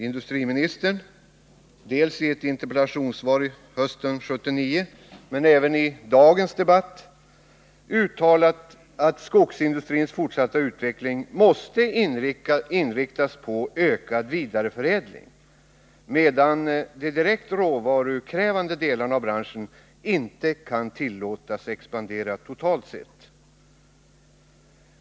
Industriministern har dels i ett interpellationssvar hösten 1979, dels i dagens debatt uttalat att skogsindustrins fortsatta utveckling måste inriktas på en ökning av vidareförädlingen, medan de direkt råvarukrävande delarna av branschen inte kan tillåtas expandera totalt sett.